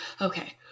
okay